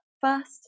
first